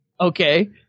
Okay